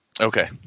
okay